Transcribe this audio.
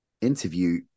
interview